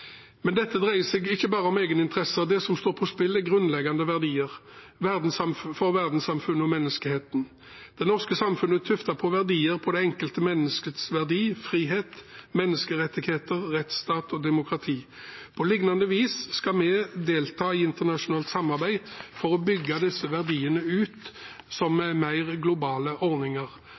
Men dette dreier seg ikke bare om egeninteresser. Det som står på spill, er grunnleggende verdier for verdenssamfunnet og menneskeheten. Det norske samfunnet er tuftet på verdier, på det enkelte menneskets verdi, frihet, menneskerettigheter, rettsstat og demokrati. På lignende vis skal vi delta i internasjonalt samarbeid for å bygge disse verdiene til mer globale ordninger.